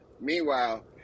Meanwhile